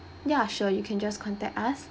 yeah sure you can just contact us